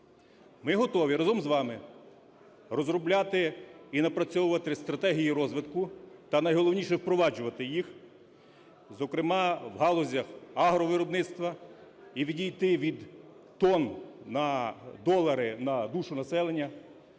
Ми готові разом з вами розробляти і напрацьовувати стратегії розвитку та, найголовніше, впроваджувати їх зокрема в галузях агровиробництва. І відійти від тонн на долари на душу населення